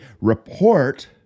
report